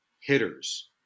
hitters